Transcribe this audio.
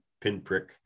pinprick